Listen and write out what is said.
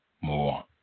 more